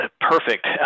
perfect